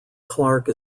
clarke